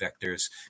vectors